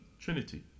Trinity